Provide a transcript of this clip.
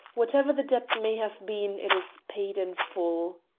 whatever the debt may have been, it is paid in full!